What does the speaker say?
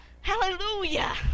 Hallelujah